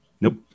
Nope